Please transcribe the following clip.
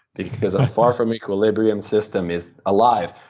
because a far from equilibrium system is alive.